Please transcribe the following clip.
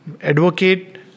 advocate